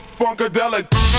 funkadelic